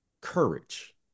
courage